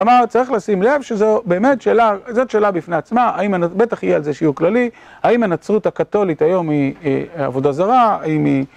כלומר צריך לשים לב שזאת באמת שאלה בפני עצמה, בטח יהיה על זה שיעור כללי, האם הנצרות הקתולית היום היא עבודה זרה?